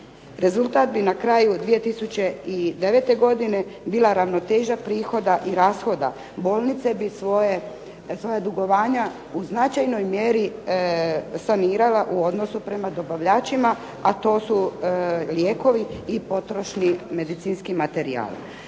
Rezultat bi na kraju 2009. godine bila ravnoteža prihoda i rashoda. Bolnice bi svoja dugovanja u značajnoj mjeri sanirala u odnosu prema dobavljačima a to su lijekovi i potrošni medicinski materijali.